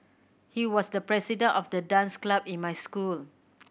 he was the president of the dance club in my school